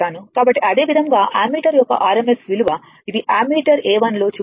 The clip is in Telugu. కాబట్టి అదే విధంగా అమ్మీటర్ యొక్క RMS విలువ ఇది అమ్మీటర్ A 1 లో చూపించిన విలువ